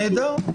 נהדר.